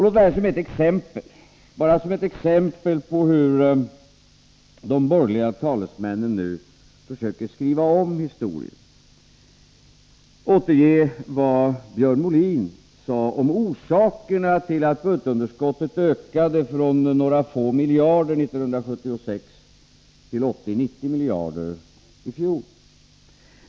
Låt mig bara som ett exempel på hur de borgerliga talesmännen nu försöker skriva om historien återge vad Björn Molin sade om orsakerna till att budgetunderskottet ökade från några få miljarder år 1976 till 80-90 miljarder i fjol.